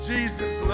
Jesus